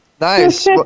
nice